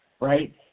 right